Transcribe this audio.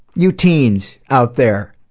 you teens out there,